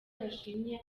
yashimye